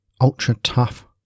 Ultra-tough